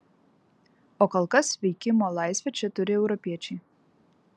o kol kas veikimo laisvę čia turi europiečiai